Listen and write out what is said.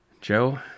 Joe